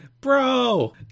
Bro